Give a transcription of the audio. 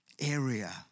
area